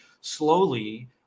slowly